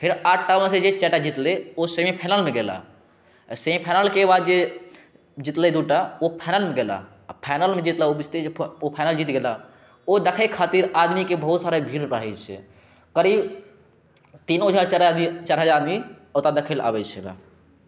फेर आठ टा मे जे चारिटा जितलै ओ सेमिफाइनलमे गेला आओर सेमीफाइनलके बाद जे जितलै दू टा ओ फाइनलमे गेला आओर फाइनलमे जे जितलै ओ बुझिते छी जे ओ फाइनल जीत गेला ओ देखै खातिर आदमीके बहुत सारा भीड़ रहै छै करीब तीनो हजार चारि हजार आदमी ओतऽ देखैलए आबै छै ओकरा